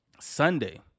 Sunday